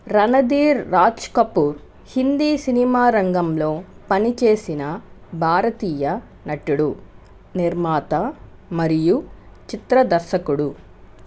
Randhir Raj Kapoor Hindi cinema రంగంలో పని చేసిన భారతీయ నటుడు నిర్మాత మరియు చిత్ర దర్శకుడు